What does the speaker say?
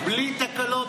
בלי תקלות